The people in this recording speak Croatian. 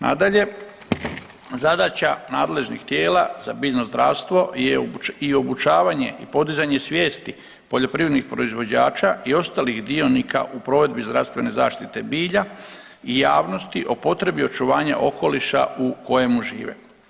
Nadalje, zadaća nadležnih tijela za biljno zdravstvo je i obučavanje i podizanje svijesti poljoprivrednih proizvođača i ostalih dionika u provedbi zdravstvene zaštite bilja i javnosti o potrebi očuvanja okoliša u kojemu žive.